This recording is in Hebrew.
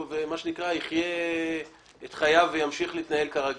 יחיה את חייו וימשיך להתנהל כרגיל.